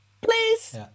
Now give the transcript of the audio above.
Please